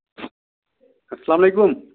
اَلسلام علیکُم